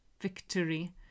victory